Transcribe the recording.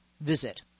visit